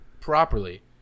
properly